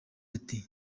ati